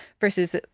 versus